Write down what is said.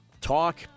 talk